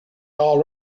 all